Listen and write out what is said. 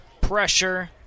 pressure